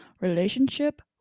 relationship